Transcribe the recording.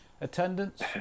attendance